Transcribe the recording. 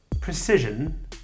precision